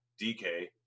DK